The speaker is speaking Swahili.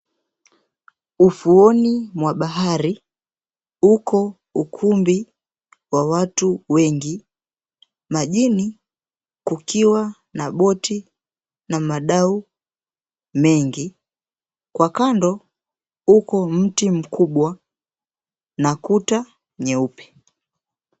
Ufuoni mwa bahari kuko ukumbi wa watu wengi. Majini kukiwa na boti na madau mengi. Kwa kando uko mti mkubwa na kuta nyeupe.